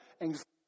Anxiety